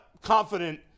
confident